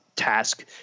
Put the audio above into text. task